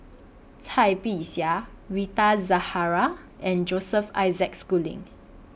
Cai Bixia Rita Zahara and Joseph Isaac Schooling